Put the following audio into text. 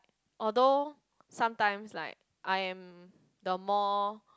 although sometimes like I am the more